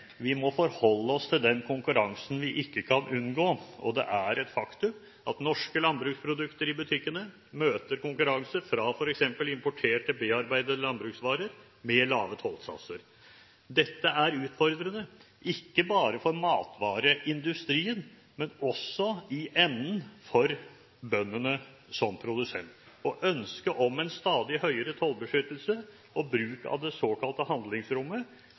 vi må forholde oss til den konkurransen vi ikke kan unngå. Det er et faktum at norske landbruksprodukter i butikkene møter konkurranse fra f.eks. importerte, bearbeidete landbruksvarer med lave tollsatser. Dette er utfordrende, ikke bare for matvareindustrien, men også i enden for bøndene som produsent. Ønsket om en stadig høyere tollbeskyttelse og bruk av det såkalte handlingsrommet